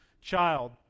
child